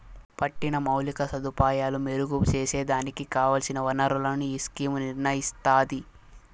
పట్టిన మౌలిక సదుపాయాలు మెరుగు సేసేదానికి కావల్సిన ఒనరులను ఈ స్కీమ్ నిర్నయిస్తాది